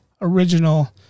original